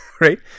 Right